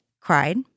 cried